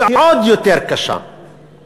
היא עוד יותר קשה,